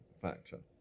factor